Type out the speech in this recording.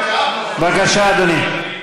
בבקשה, אדוני.